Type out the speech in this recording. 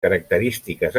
característiques